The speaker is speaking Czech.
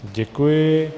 Děkuji.